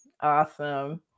Awesome